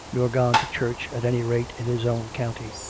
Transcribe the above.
nor gone to church, at any rate in his own county.